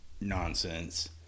nonsense